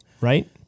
Right